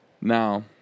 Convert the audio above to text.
Now